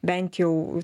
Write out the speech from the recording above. bent jau